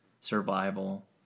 survival